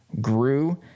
grew